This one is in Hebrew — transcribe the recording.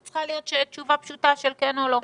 זו צריכה להיות תשובה פשוטה של כן או לא.